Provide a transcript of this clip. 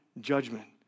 judgment